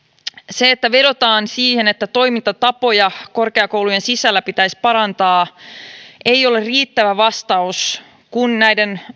se että vedotaan siihen että toimintatapoja korkeakoulujen sisällä pitäisi parantaa ei ole riittävä vastaus kun näiden